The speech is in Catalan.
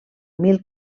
mil